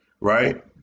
right